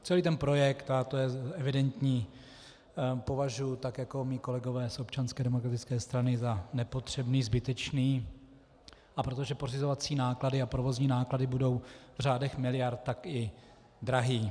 Celý ten projekt, a to je evidentní, považuji jako mí kolegové z Občanské demokratické strany za nepotřebný, zbytečný, a protože pořizovací a provozní náklady budou v řádech miliard, tak i drahý.